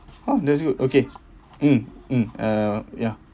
oh that's good okay mm mm uh ya